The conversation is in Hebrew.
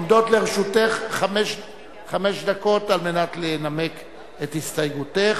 עומדות לרשותך חמש דקות כדי לנמק את הסתייגותך.